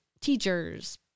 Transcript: teachers